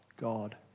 God